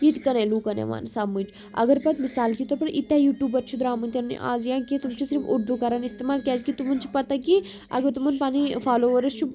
یِتکنَے لُکَن یِوان سَمٕجھ اگر پَتہٕ مثال کے طور پَر ییٖتیٛاہ یوٗٹوٗبَر چھِ درٛامٕتۍ اَز یا کہِ تِم چھِ صرف اُردو کَران استعمال کیٛازِکہِ تِمَن چھِ پَتہ کہِ اگر تِمَن پَنٕںۍ فالوؤرٕس چھِ